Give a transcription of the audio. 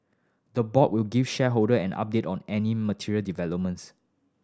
the board will give shareholder an update on any material developments